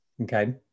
Okay